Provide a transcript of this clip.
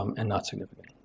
um and not significant.